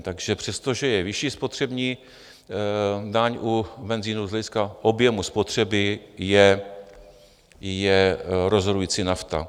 Takže přestože je vyšší spotřební daň u benzinu, z hlediska objemu spotřeby je rozhodující nafta.